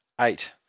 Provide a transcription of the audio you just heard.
eight